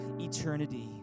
eternity